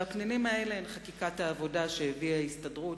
הפנינים האלה הן חקיקת העבודה שהביאה ההסתדרות,